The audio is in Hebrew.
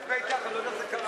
הצעת סיעות העבודה מרצ